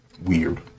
weird